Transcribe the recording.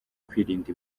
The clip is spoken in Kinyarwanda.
kwirinda